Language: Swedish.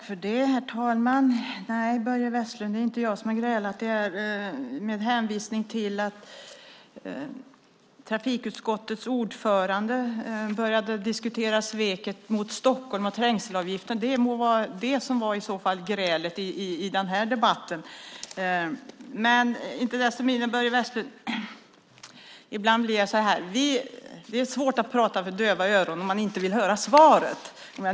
Herr talman! Det är inte jag som har grälat, Börje Vestlund. Trafikutskottets ordförande tog upp frågan om trängselavgift och sveket mot stockholmarna. Det var i så fall grälet i den här debatten. Det är svårt att prata för döva öron som inte vill höra svaret.